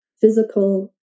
physical